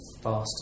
faster